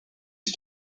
who